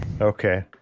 Okay